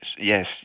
Yes